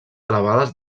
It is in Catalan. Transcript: elevades